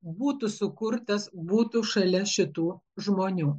būtų sukurtas būtų šalia šitų žmonių